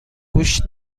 گوشت